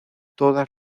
todas